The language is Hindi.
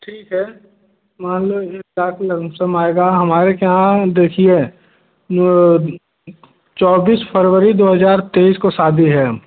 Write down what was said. ठीक है मान लो के लमसम आएगा हमारे के यहाँ देखिए वो चौबीस फरवरी दो हज़ार तेईस को शादी है